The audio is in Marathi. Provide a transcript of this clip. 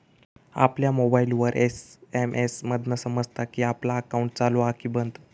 आपल्या मोबाईलवर एस.एम.एस मधना समजता कि आपला अकाउंट चालू हा कि बंद